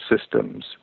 systems